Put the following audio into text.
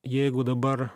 jeigu dabar